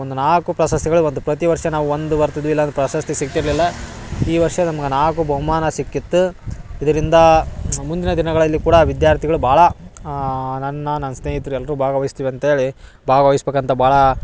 ಒಂದು ನಾಲ್ಕು ಪ್ರಸಸ್ತಿಗಳು ಬಂದು ಪ್ರತಿವರ್ಷ ನಾವು ಒಂದು ಇಲ್ಲಂದ್ರ ಪ್ರಸಸ್ತಿ ಸಿಕ್ಕಿರಲಿಲ್ಲ ಈ ವರ್ಷ ನಮ್ಗ ನಾಲ್ಕು ಬಹುಮಾನ ಸಿಕ್ಕಿತ್ತು ಇದರಿಂದ ಮುಂದಿನ ದಿನಗಳಲ್ಲಿ ಕೂಡ ವಿದ್ಯಾರ್ಥಿಗಳು ಭಾಳ ನನ್ನ ನನ್ನ ಸ್ನೇಹಿತ್ರು ಎಲ್ಲರು ಭಾಗವಹಿಸ್ತೀವಿ ಅಂತೇಳಿ ಭಾಗವಹಿಸಬೇಕಂತ ಭಾಳ